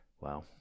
Wow